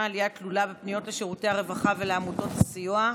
עלייה תלולה בפניות לשירותי הרווחה ולעמותות סיוע,